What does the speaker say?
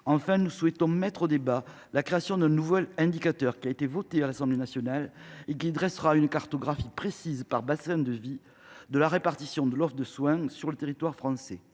Enfin, nous souhaitons soumettre au débat la création d’un nouvel indicateur, voté à l’Assemblée nationale, qui dressera une cartographie précise, par bassin de vie, de la répartition de l’offre de soins sur le territoire français.